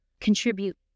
contribute